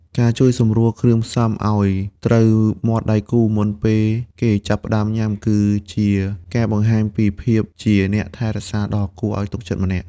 ការជួយសម្រួលគ្រឿងផ្សំឱ្យត្រូវមាត់ដៃគូ មុនពេលគេចាប់ផ្តើមញ៉ាំ គឺជាការបង្ហាញពីភាពជាអ្នកថែរក្សាដ៏គួរឱ្យទុកចិត្តម្នាក់។